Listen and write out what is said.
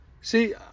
See